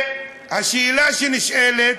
והשאלה שנשאלת: